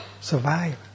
survive